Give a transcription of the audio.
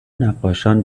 نقاشان